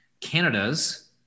Canada's